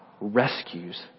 rescues